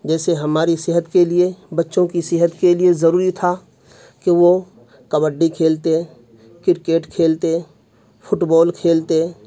جیسے ہماری صحت کے لیے بچوں کی صحت کے لیے ضروری تھا کہ وہ کبڈی کھیلتے کرکٹ کھیلتے فٹ بال کھیلتے